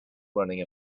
running